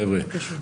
חבר'ה,